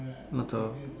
lot of